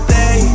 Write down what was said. day